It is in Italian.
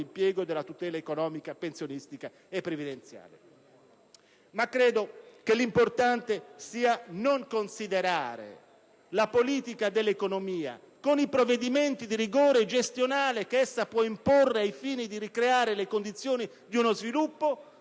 impiego e della tutela economica pensionistica e previdenziale». L'importante è non considerare la politica dell'economia con i provvedimenti di rigore gestionale, che essa può imporre al fine di ricreare le condizioni di uno sviluppo,